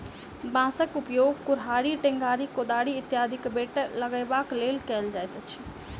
बाँसक उपयोग कुड़हड़ि, टेंगारी, कोदारि इत्यादिक बेंट लगयबाक लेल कयल जाइत अछि